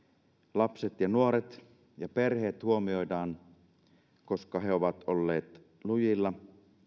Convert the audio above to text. lapset ja nuoret ja perheet huomioidaan koska he ovat olleet lujilla